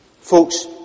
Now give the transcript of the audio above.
Folks